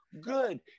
Good